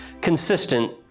consistent